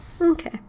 Okay